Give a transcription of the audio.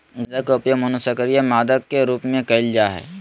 गंजा के उपयोग मनोसक्रिय मादक के रूप में कयल जा हइ